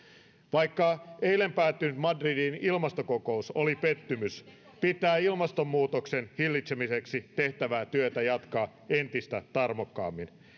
vaikka eilen päättynyt madridin ilmastokokous oli pettymys pitää ilmastonmuutoksen hillitsemiseksi tehtävää työtä jatkaa entistä tarmokkaammin